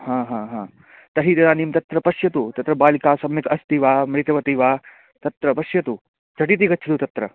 हा हा हा तर्हि इदानीं तत्र पश्यतु तत्र बालिकाः सम्यक् अस्ति वा मृतवती वा तत्र पश्यतु झटिति गच्छतु तत्र